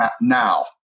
now